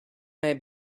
may